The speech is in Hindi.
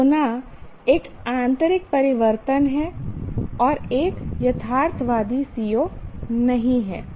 "होना" एक आंतरिक परिवर्तन है और एक यथार्थवादी CO नहीं है